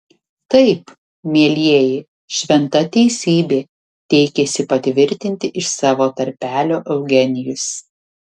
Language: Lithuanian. taip mielieji šventa teisybė teikėsi patvirtinti iš savo tarpelio eugenijus